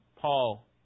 Paul